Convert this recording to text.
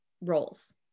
roles